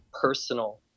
personal